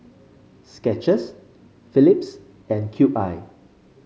Skechers Phillips and Cube I